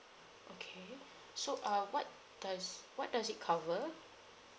okay so uh what does what does it cover